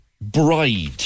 bride